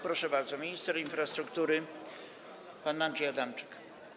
Proszę bardzo, minister infrastruktury pan Andrzej Adamczyk.